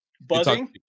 buzzing